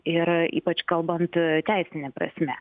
ir ypač kalbant teisine prasme